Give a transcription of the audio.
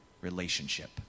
relationship